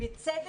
ובצדק,